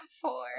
four